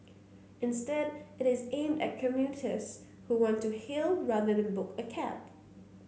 instead it is aimed at commuters who want to hail rather than book a cab